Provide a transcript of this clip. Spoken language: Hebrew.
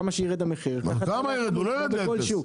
כמה שירד המחיר, ככה כמו בכל שוק.